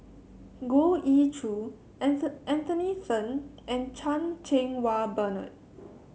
Goh Ee Choo Anthony Then and Chan Cheng Wah Bernard